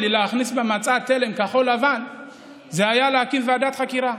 להכניס במצע תל"ם-כחול לבן היה להקים ועדת חקירה.